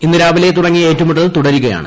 ഇന്ന് രാവിലെ തുടങ്ങിയ ഏറ്റുമുട്ടൽ തുടരുകയാണ്